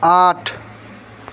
আঠ